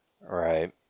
Right